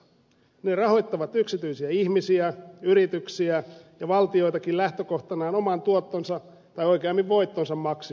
ne rahoittavat yksityisiä ihmisiä yrityksiä ja valtioitakin lähtökohtanaan oman tuottonsa tai oikeammin voittonsa maksimointi